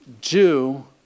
Jew